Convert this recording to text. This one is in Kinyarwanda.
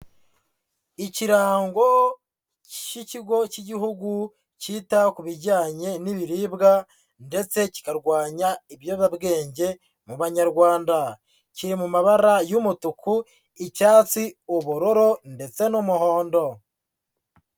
Ikirango cy'ikigo cy'igihugu cyita ku bijyanye n'ibiribwa ndetse kikarwanya ibiyobyabwenge mu banyarwanda, kiri mu mabara y'umutuku, icyatsi, ubururu ndetse n'umuhondo.